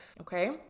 okay